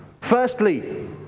Firstly